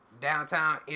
downtown